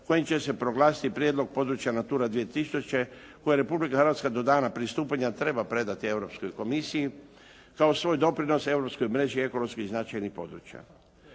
kojim će se proglasiti prijedlog područja NATURA 2000. koja je Republika Hrvatska do dana pristupanja treba predati Europskoj komisiji kao svoj doprinos europskoj mreži ekonomskih značajnih područja.